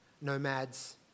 nomads